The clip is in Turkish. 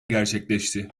gerçekleşti